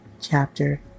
chapter